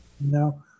No